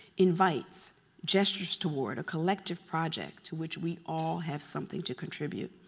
invites gestures toward a collective project to which we all have something to contribute.